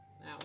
now